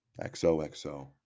XOXO